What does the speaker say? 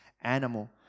animal